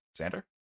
Xander